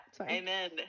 amen